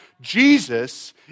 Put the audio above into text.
Jesus